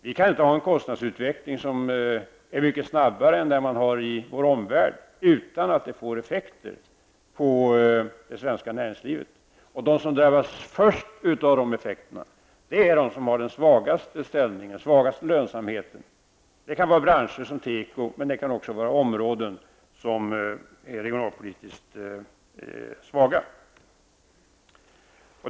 Vi kan inte ha en kostnadsutveckling som är mycket snabbare än den man har i vår omvärld utan att det blir effekter på det svenska näringslivet. De som först drabbas av de effekterna är de som har den svagaste ställningen och den svagaste lönsamheten. Det kan vara branscher som teko, men det kan också vara områden som är regionalpolitiskt svaga.